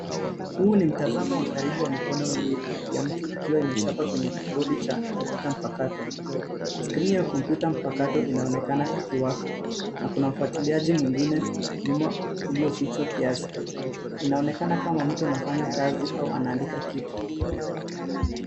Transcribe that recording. Huu ni mtazamo wa karibu wa mikono miwili ya mtu ikiwa imechapa kwenye kibodi cha kompyuta mpakato. Skrini ya kompyuta mpakato inaonekana ikiwaka na kuna mfwatiliaji mwingine nyuma ulio fichwa kiasi. Inaonekana kama mtu anafanya kazi au anaandika kitu.